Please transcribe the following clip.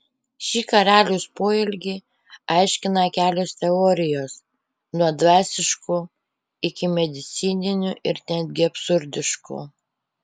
šį karaliaus poelgį aiškina kelios teorijos nuo dvasiškų iki medicininių ir netgi absurdiškų